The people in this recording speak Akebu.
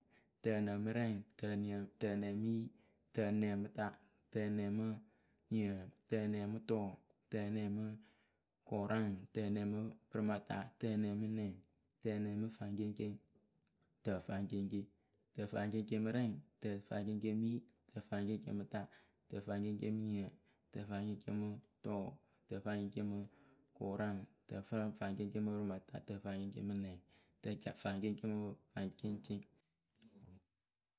tǝnɛŋmɨrɛŋ, tǝniǝ tǝnɛŋmɨyi, tɛnɛŋmɨta, tǝnɛŋmɨniǝ, tǝnɛŋmɨtʊʊ, tǝnɛŋmɨ, kʊraŋ, tǝnɛŋmɨpɨrɨmata, tǝnɛŋmɨnɛŋ, tǝnɛŋmɨfaŋceŋceŋ, tǝfaŋceŋceŋ, tǝfaŋceŋceŋ, tǝfaŋceŋceŋmɨrɛŋ, tǝfaŋceŋceŋmɨyi, tǝfaŋceŋceŋmɨta, tǝfaŋceŋceŋmɨniǝ, tǝfaŋceŋceŋmɨkʊraŋ, tɛfafaŋceŋceŋmɨpɨrɨmata, tǝfaŋceŋceŋmɨnɛŋ, tǝca faŋceŋceŋmɨfaŋceŋceŋ, tuuru.